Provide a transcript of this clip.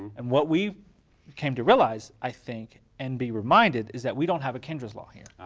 and what we came to realize, i think, and be reminded is that we don't have a kendra's law here.